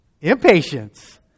Impatience